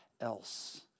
else